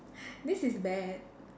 this is bad